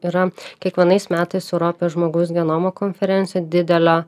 yra kiekvienais metais europoje žmogaus genomo konferencija didelė